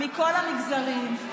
מכל המגזרים,